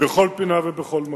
בכל פינה ובכל מקום.